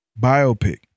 biopic